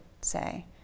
say